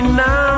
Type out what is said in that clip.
now